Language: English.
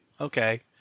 Okay